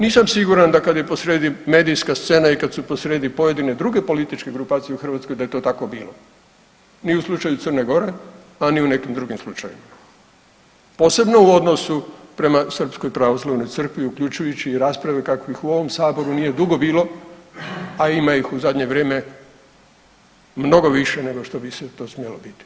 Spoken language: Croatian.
Nisam siguran da kada je posrijedi medijska scena i kada su posrijedi pojedine druge političke grupacije u Hrvatskoj da je to tako bilo ni u slučaju Crne Gore, a ni u nekim drugim slučajevima, posebno u odnosu prema srpskoj pravoslavnoj crkvi uključujući i rasprave kakvih u ovom saboru nije dugo bilo, a ima ih u zadnje vrijeme mnogo više nego što bi se to smjelo biti.